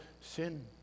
sin